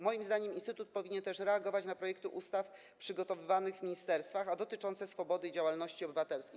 Moim zdaniem instytut powinien też reagować na projekty ustaw przygotowywanych w ministerstwach, a dotyczące swobody i działalności obywatelskiej.